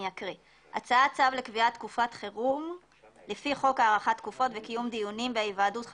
יש שם שגיאת הקלדה.